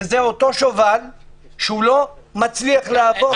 וזה אותו שובל שלא מצליח לעבור.